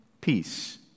peace